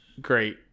Great